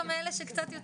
מגיע לו כל מה שאת אומרת.